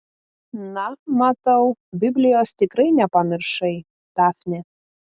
na matau biblijos tikrai nepamiršai dafne